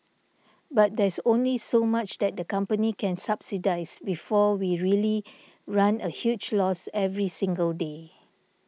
but there's only so much that the company can subsidise before we really run a huge loss every single day